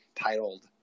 titled